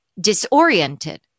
disoriented